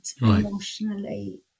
emotionally